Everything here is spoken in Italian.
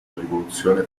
rivoluzione